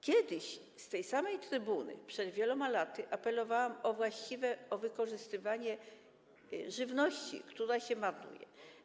Kiedyś z tej samej trybuny, przed wieloma laty, apelowałam o właściwe wykorzystywanie żywności, która jest marnowana.